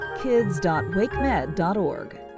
kids.wakemed.org